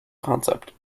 concept